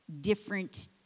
different